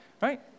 right